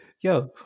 yo